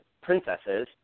princesses